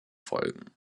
folgen